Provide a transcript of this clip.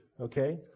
Okay